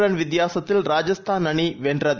ரன்வித்தியாசத்தில்ராஜஸ்தான்அணிவென்றது